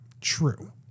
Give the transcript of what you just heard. True